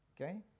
Okay